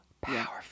powerful